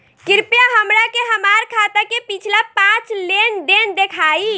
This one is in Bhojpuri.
कृपया हमरा के हमार खाता के पिछला पांच लेनदेन देखाईं